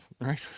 right